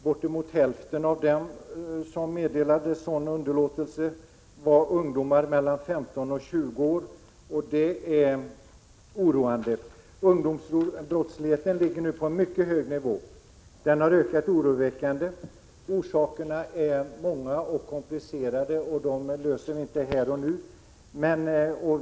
Bortemot hälften av dem som meddelades sådan underlåtelse var ungdomar mellan 15 och 20 år, och det är oroande. Ungdomsbrottsligheten ligger nu på en mycket hög nivå. Den har ökat oroväckande, orsakerna är många och komplicerade, och dessa frågor kan vi inte lösa här och nu.